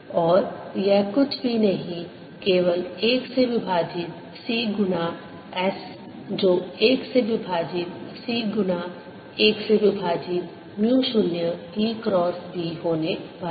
और यह कुछ भी नहीं केवल 1 से विभाजित c गुना S जो 1 से विभाजित c गुना 1 से विभाजित म्यू 0 E क्रॉस B होने वाला है